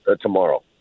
tomorrow